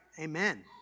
Amen